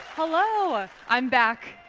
hello! ah i'm back.